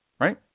right